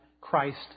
Christ